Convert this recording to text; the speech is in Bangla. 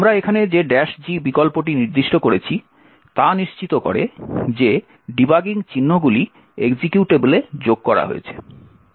আমরা এখানে যে G বিকল্পটি নির্দিষ্ট করেছি তা নিশ্চিত করে যে ডিবাগিং চিহ্নগুলি এক্সিকিউটেবলে যোগ করা হয়েছে